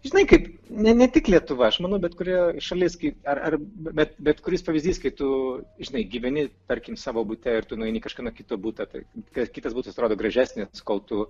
žinai kaip ne ne tik lietuva aš manau bet kuri šalis kaip ar bet bet kuris pavyzdys kai tu žinai gyveni tarkim savo bute ir tu nueini kažkieno kito butą tai kad kitas butas atrodo gražesnis kol tu